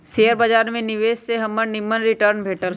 share बाजार में निवेश से हमरा निम्मन रिटर्न भेटल